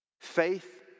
Faith